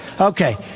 Okay